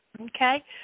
okay